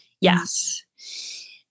Yes